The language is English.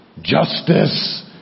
justice